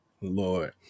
lord